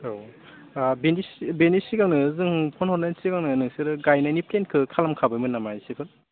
औ बेनि सिगांनो जों फ'न हरनायनि सिगांनो नोंसोरो गायनायनि प्लेनखो खालाम खाबायमोन नामा एसेफोर